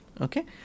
Okay